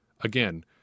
Again